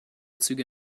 züge